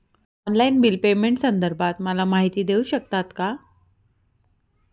Online bill पेमेंटसंदर्भात मला माहिती देऊ शकतात का?